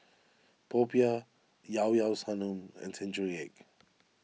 Popiah Llao Llao Sanum and Century Egg